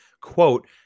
quote